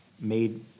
made